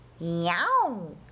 Meow